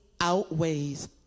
outweighs